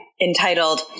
entitled